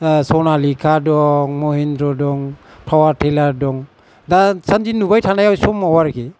सनालिका दं महेनद्र दं पावार तिलार दं दासान्दि नुबाय थानाय समाव आरोखि